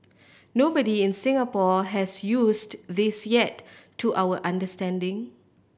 nobody in Singapore has used this yet to our understanding